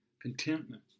contentment